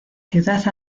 ciudad